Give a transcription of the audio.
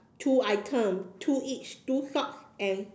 two items two each two socks and